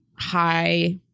high